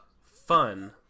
fun